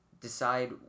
decide